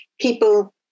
People